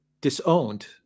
disowned